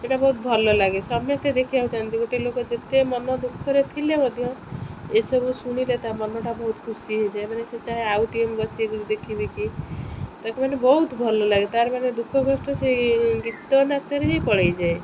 ସେଟା ବହୁତ ଭଲ ଲାଗେ ସମସ୍ତେ ଦେଖିବାକୁ ଚାହୁଁଛନ୍ତି ଗୋଟିଏ ଲୋକ ଯେତେ ମନ ଦୁଃଖରେ ଥିଲେ ମଧ୍ୟ ଏସବୁ ଶୁଣିଲେ ତା ମନଟା ବହୁତ ଖୁସି ହୋଇଯାଏ ମାନେ ସେ ଚାହେଁ ଆଉ ଟିକେ ବସିକି ଦେଖିବେ କି ତାକୁ ମାନେ ବହୁତ ଭଲ ଲାଗେ ତା'ର ମାନେ ଦୁଃଖ କଷ୍ଟ ସେଇ ଗୀତ ନାଚରେ ହିଁ ପଳେଇଯାଏ